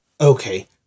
Okay